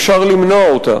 אפשר למנוע אותה.